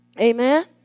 Amen